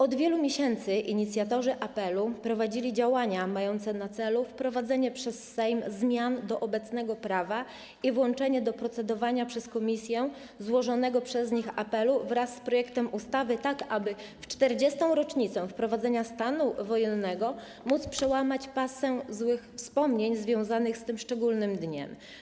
Od wielu miesięcy inicjatorzy apelu prowadzili działania mające na celu wprowadzenie przez Sejm zmian do obecnego prawa i włączenie do procedowania przez komisję złożonego przez nich apelu wraz z projektem ustawy, tak aby w 40. rocznicę wprowadzenia stanu wojennego móc przełamać passę złych wspomnień związanych z tym szczególnym dniem.